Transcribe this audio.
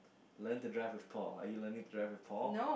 learn to drive with Paul are you learning to drive with Paul